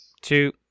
two